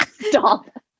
Stop